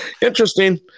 interesting